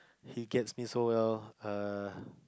he gets me so well err